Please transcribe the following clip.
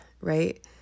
right